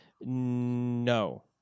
No